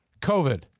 COVID